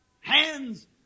hands